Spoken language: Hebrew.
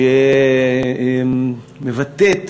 שמבטאת